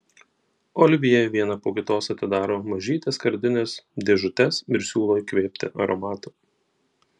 olivjė vieną po kitos atidaro mažytes skardines dėžutes ir siūlo įkvėpti aromato